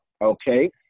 Okay